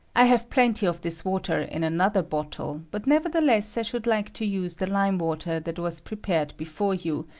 i have plenty of this water in another bottle, but nevertheless i should like to use the lime-water that was prepared before you,